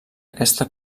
aquesta